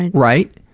and right.